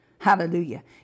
Hallelujah